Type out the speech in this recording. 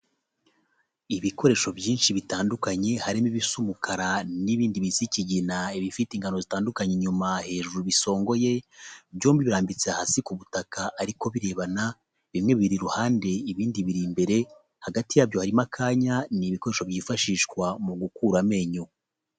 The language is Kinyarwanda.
Ibikoresho byinshi bitandukanye harimo ibisa umukara n'ibindi bisa ikigina. Ibifite ingano zitandukanye inyuma hejuru bisongoye, byombi birambitse hasi ku butaka ariko birebana bimwe biri iruhande ibindi biri imbere, hagati yabyo harimo akanya. N'ibikoresho byifashishwa mu gukura amenyo.